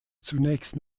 zunächst